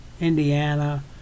Indiana